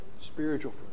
spiritual